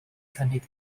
cynnig